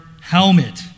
helmet